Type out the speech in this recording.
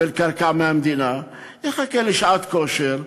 יקבל קרקע מהמדינה, יחכה לשעת כושר,